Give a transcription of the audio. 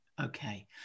Okay